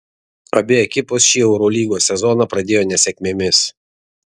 abi ekipos šį eurolygos sezoną pradėjo nesėkmėmis